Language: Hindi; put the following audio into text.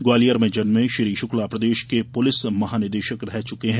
ग्वालियर में जन्में श्री शुक्ला प्रदेश के पुलिस महानिदेशक रह चुके हैं